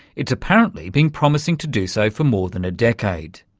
it's apparently been promising to do so for more than a decade.